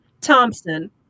Thompson